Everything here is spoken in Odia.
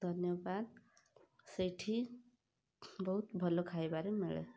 ଧନ୍ୟବାଦ ସେଇଠି ବହୁତ ଭଲ ଖାଇବାରେ ମିଳେ